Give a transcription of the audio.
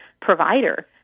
provider